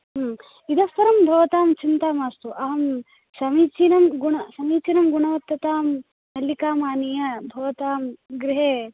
इतः परं भवतां चिन्ता मास्तु अहं समीचीनं गुणं समीचीनगुणवत्ततां नल्लिकामानीय भवतां गृहे